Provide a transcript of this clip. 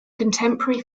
contemporary